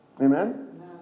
Amen